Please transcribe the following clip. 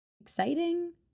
Exciting